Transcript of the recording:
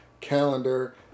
calendar